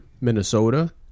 Minnesota